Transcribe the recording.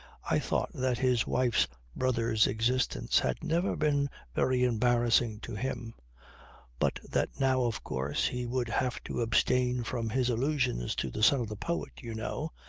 i thought that his wife's brother's existence had never been very embarrassing to him but that now of course he would have to abstain from his allusions to the son of the poet you know.